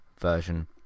version